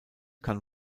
kann